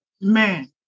Man